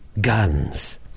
Guns